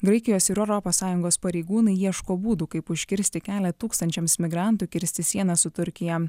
graikijos ir europos sąjungos pareigūnai ieško būdų kaip užkirsti kelią tūkstančiams migrantų kirsti sieną su turkija